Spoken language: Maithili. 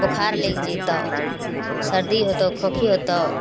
बोखार लागि जेतौ सर्दी होतौ खोखी होतो